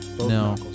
No